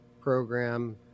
program